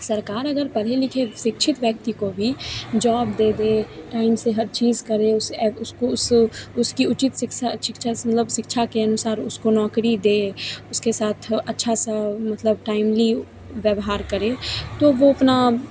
सरकार अगर पढ़े लिखे शिक्षित व्यक्ति को भी जॉब दे दे टाइम से हर चीज़ करे उसे उसको उससे उसकी उचित शिक्षा शिक्षा मतलब शिक्षा के अनुसार उसको नौकरी दे उसके साथ अच्छा सा मतलब टाइम्ली व्यव्हार करे तो वह अपना